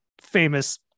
famous